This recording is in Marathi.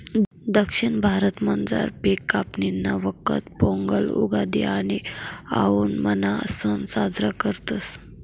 दक्षिण भारतामझार पिक कापणीना वखत पोंगल, उगादि आणि आओणमना सण साजरा करतस